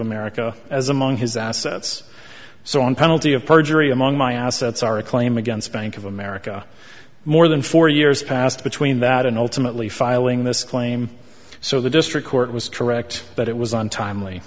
america as among his assets so on penalty of perjury among my assets are a claim against bank of america more than four years passed between that and ultimately filing this claim so the district court was correct but it was untimely